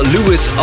Lewis